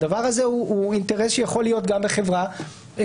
הדבר הזה הוא אינטרס שיכול להיות גם בחברה ציבורית,